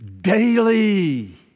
Daily